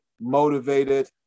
motivated